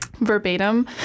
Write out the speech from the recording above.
verbatim